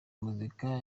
muzika